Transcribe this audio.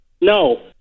No